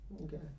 okay